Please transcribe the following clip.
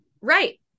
Right